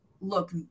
look